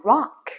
Rock